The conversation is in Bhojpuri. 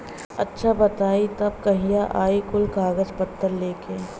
अच्छा बताई तब कहिया आई कुल कागज पतर लेके?